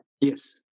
Yes